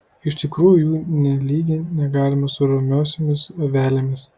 iš tikrųjų jų nė lyginti negalima su romiosiomis avelėmis